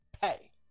pay